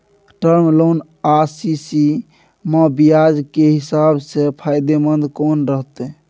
Term loan आ CC म ब्याज के हिसाब से फायदेमंद कोन रहते?